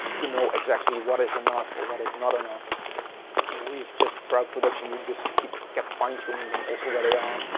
to know exactly what is enough or what is not enough. but we've just dragged production, we just keep kept fine tuning them, also where they are.